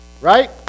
Right